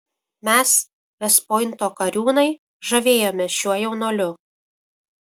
mes vest pointo kariūnai žavėjomės šiuo jaunuoliu